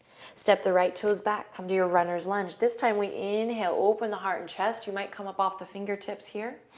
step the right toes back. come to your runner's lunge. this time, we inhale. open the heart and chest. you might come up off the fingertips here,